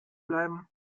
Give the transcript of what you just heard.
bleiben